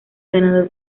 ganador